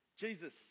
Jesus